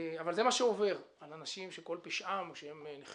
אבל זה מה שעובר על אנשים שכל פשעם שנחשדו